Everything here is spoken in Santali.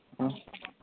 ᱦᱮᱸ